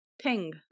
ping